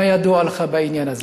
מה ידוע לך בעניין הזה.